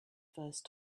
first